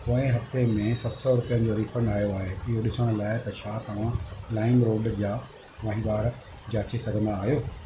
पोइ हफ्ते में सत सौ रुपियनि जो रीफंड आयो आहे इयो ॾिसण लाइ छा तव्हां लाइम रोड जा वहिंवार जाचे सघंदा आहियो